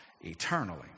eternally